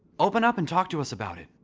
open up and talk to us about it.